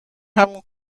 همون